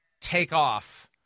takeoff